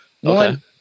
One